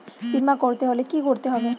বিমা করতে হলে কি করতে হবে?